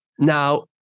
Now